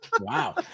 Wow